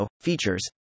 features